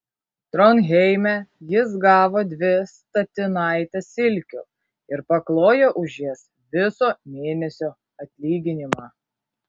tronheime jis gavo dvi statinaites silkių ir paklojo už jas viso mėnesio atlyginimą